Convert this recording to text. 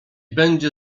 będzie